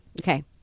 Okay